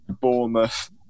Bournemouth